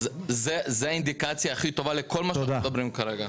זו האינדיקציה הכי טובה לכל מה שאנחנו מדברים כרגע.